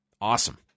Awesome